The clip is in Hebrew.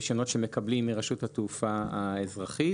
רישיונות שמקבלים מרשות התעופה האזרחית,